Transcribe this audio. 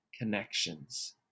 connections